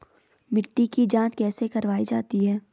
मिट्टी की जाँच कैसे करवायी जाती है?